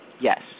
Yes